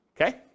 okay